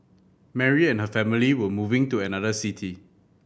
Mary and her family were moving to another city